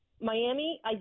Miami